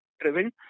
driven